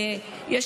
נשים היום.